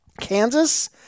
Kansas